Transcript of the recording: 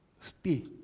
Stay